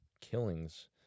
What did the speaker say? killings